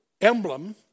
emblem